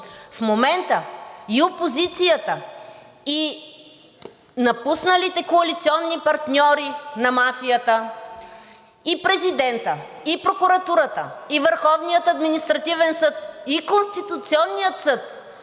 в момента и опозицията, и напусналите коалиционни партньори на мафията, и президентът, и прокуратурата, и Върховният административен съд, и Конституционният съд